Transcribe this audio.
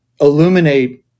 illuminate